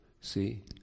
See